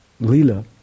lila